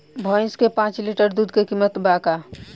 भईस के पांच लीटर दुध के कीमत का बा?